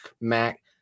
Mac